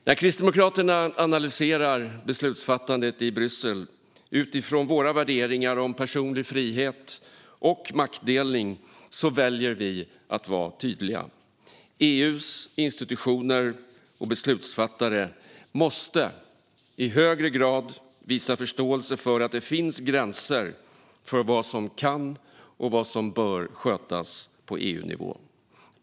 När vi kristdemokrater analyserar beslutsfattandet i Bryssel utifrån våra värderingar om personlig frihet och maktdelning väljer vi att vara tydliga: EU:s institutioner och beslutsfattare måste i högre grad visa förståelse för att det finns gränser för vad som kan och bör skötas på EU-nivå.